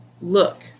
look